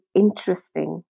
interesting